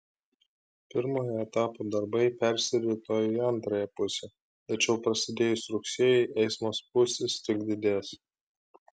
pirmojo etapo darbai persirito į antrąją pusę tačiau prasidėjus rugsėjui eismo spūstys tik didės